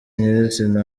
nyirizina